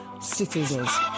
citizens